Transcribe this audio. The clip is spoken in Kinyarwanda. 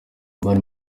mani